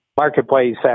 marketplace